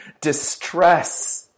distress